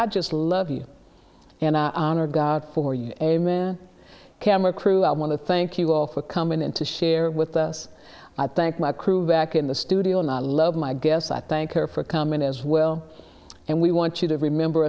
d just love you and honor god for you amen camera crew i want to thank you all for coming in to share with us i thank my crew back in the studio and i love my guests i thank her for coming as well and we want you to remember